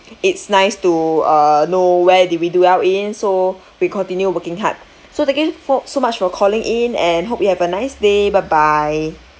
it's nice to uh know where did we do well in so we continue working hard so thank you for~ so much for calling in and hope you have a nice day bye bye